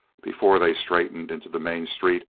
before they straightened into the main street,